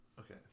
Okay